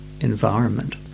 environment